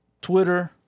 Twitter